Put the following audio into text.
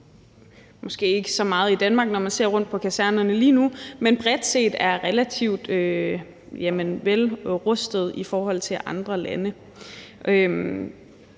måske ikke så meget i Danmark, når man ser rundt på kasernerne lige nu – er relativt vel rustede i forhold til andre lande.